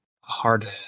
hard